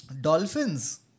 Dolphins